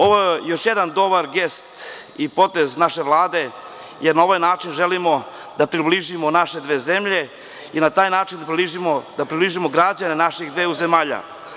Ovo je još jedan dobar gest i potez naše Vlade jer na ovaj način želimo da približimo naše dve zemlje i na taj način da približimo građane naših dveju zemalja.